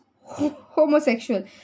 homosexual